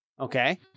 Okay